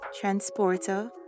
transporter